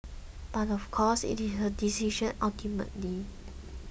but of course it is her decision ultimately